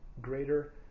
greater